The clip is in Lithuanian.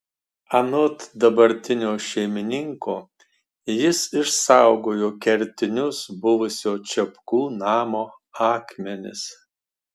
anot dabartinio šeimininko jis išsaugojo kertinius buvusio čipkų namo akmenis